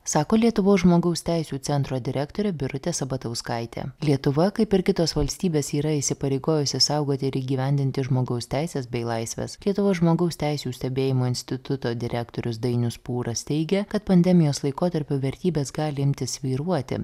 sako lietuvos žmogaus teisių centro direktorė birutė sabatauskaitė lietuva kaip ir kitos valstybės yra įsipareigojusi saugoti ir įgyvendinti žmogaus teises bei laisves lietuvos žmogaus teisių stebėjimo instituto direktorius dainius pūras teigia kad pandemijos laikotarpiu vertybės gali imti svyruoti